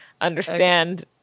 understand